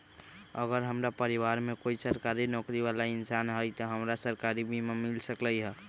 अगर हमरा परिवार में कोई सरकारी नौकरी बाला इंसान हई त हमरा सरकारी बीमा मिल सकलई ह?